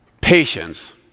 patience